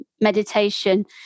meditation